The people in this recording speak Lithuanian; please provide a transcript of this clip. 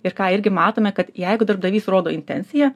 ir ką irgi matome kad jeigu darbdavys rodo intenciją